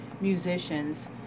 musicians